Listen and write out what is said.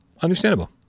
Understandable